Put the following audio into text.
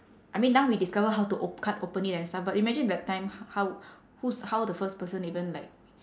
I mean now we discover how to op~ cut open it and stuff but imagine that time how who's how the first person even like